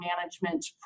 management